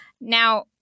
Now